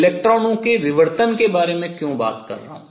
इलेक्ट्रॉनों के विवर्तन के बारे में क्यों बात कर रहा हूँ